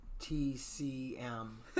T-C-M